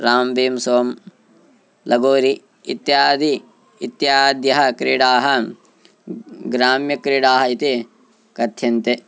रामः भीमः सोमः लगोरि इत्यादि इत्यादयः क्रीडाः ग्राम्यक्रीडाः इति कथ्यन्ते